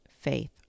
faith